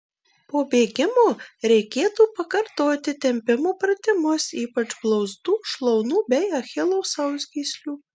po bėgimo reikėtų pakartoti tempimo pratimus ypač blauzdų šlaunų bei achilo sausgyslių